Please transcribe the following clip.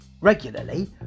regularly